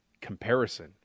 comparison